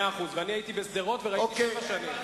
מאה אחוז, ואני הייתי בשדרות וראיתי שבע שנים.